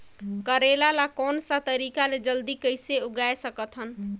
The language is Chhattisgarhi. करेला ला कोन सा तरीका ले जल्दी कइसे उगाय सकथन?